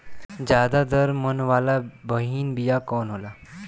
ज्यादा दर मन वाला महीन बिया कवन होला?